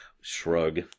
Shrug